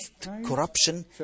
corruption